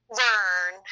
learn